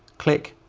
click